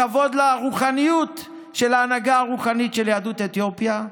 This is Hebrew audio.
בכבוד לרוחניות של ההנהגה הרוחנית של יהדות אתיופיה,